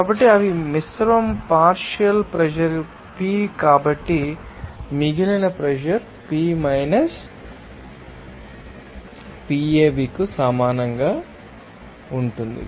కాబట్టి అవి మిశ్రమం పార్షియల్ ప్రెషర్ p కాబట్టి మిగిలిన ప్రెషర్ P Pav కు సమానంగా ఉంటుంది